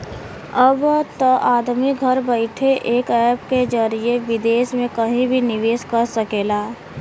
अब त आदमी घर बइठे एक ऐप के जरिए विदेस मे कहिं भी निवेस कर सकेला